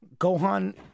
Gohan